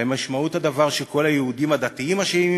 האם משמעות הדבר שכל היהודים הדתיים אשמים